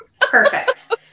Perfect